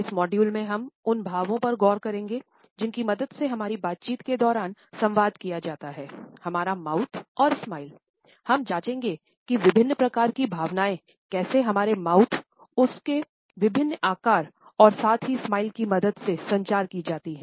इस मॉड्यूल में हम उन भावों पर गौर करेंगे जिनकी मदद से हमारी बातचीत के दौरान संवाद किया जाता है हमारा माउथ की मदद से संचार की जाती है